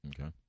Okay